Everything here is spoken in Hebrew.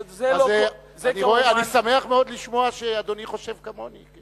אני שמח מאוד לשמוע שאדוני חושב כמוני.